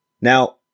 Now